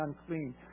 unclean